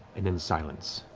and then silence.